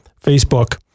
Facebook